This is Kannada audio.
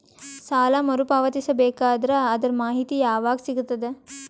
ಸಾಲ ಮರು ಪಾವತಿಸಬೇಕಾದರ ಅದರ್ ಮಾಹಿತಿ ಯವಾಗ ಸಿಗತದ?